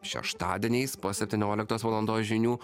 šeštadieniais po septynioliktos valandos žinių